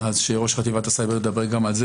אז שראש חטיבת הסייבר ידבר גם על זה.